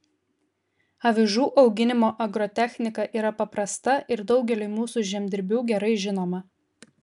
avižų auginimo agrotechnika yra paprasta ir daugeliui mūsų žemdirbių gerai žinoma